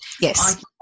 Yes